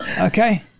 Okay